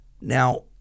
Now